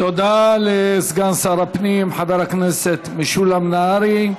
תודה לסגן שר הפנים חבר הכנסת משולם נהרי.